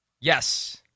Yes